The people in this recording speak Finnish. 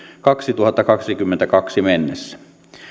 kaksituhattakaksikymmentäkaksi mennessä